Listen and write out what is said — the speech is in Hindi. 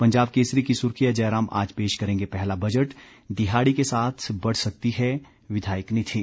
पंजाब केसरी की सुर्खी है जयराम आज पेश करेंगे पहला बजट दिहाड़ी के साथ बढ़ सकती है विधायक निधि